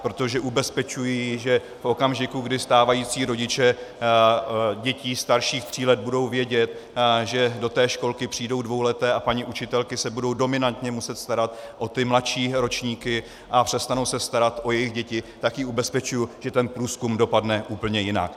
Protože ubezpečuji, že v okamžiku, kdy stávající rodiče dětí starších tří let budou vědět, že do té školky přijdou dvouleté a paní učitelky se budou dominantně muset starat o ty mladší ročníky a přestanou se starat o jejich děti, tak ji ubezpečuji, že ten průzkum dopadne úplně jinak.